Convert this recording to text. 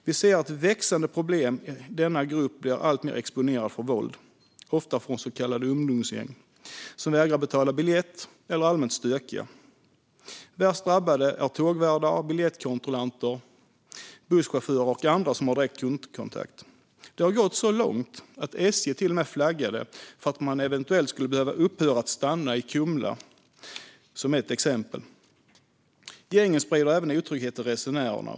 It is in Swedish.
Vi ser ett växande problem i att denna grupp blir alltmer exponerad för våld, ofta från så kallade ungdomsgäng som vägrar betala biljett eller är allmänt stökiga. Värst drabbade är våra tågvärdar, biljettkontrollanter, busschaufförer och andra som har direkt kundkontakt. Det har gått så långt att SJ flaggat för att man eventuellt ska upphöra att stanna i Kumla. Gängen sprider även otrygghet till resenärerna.